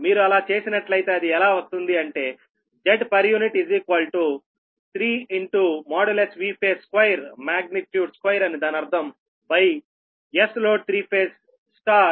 మీరు అలా చేసినట్లయితే అది ఎలా వస్తుంది అంటే Zpu 3 Vphase2magnitude squareSload3∅ BB2